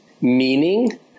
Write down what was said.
meaning